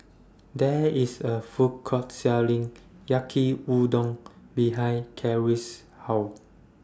There IS A Food Court Selling Yaki Udon behind Carie's House